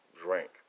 drink